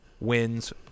wins –